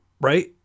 right